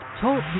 TALK